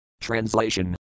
Translation